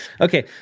Okay